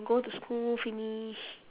go to school finish